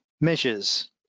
measures